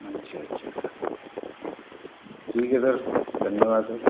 अच्छा अच्छा ठीक है सर धन्यवाद सर